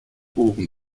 ohren